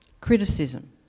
Criticism